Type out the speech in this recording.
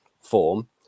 form